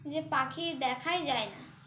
যে পাখি দেখাই যায় না